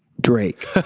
Drake